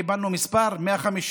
קיבלנו את המספר 150,